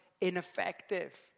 ineffective